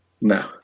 No